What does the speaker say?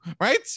right